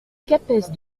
capes